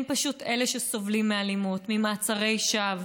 הם פשוט אלה שסובלים מאלימות, ממעצרי שווא,